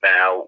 Now